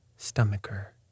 stomacher